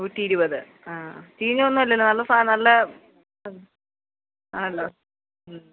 നൂറ്റിയിരുപത് ആ ചീഞ്ഞതൊന്നും അല്ലല്ലോ നല്ല നല്ല ആണല്ലോ മ്മ് മ്മ്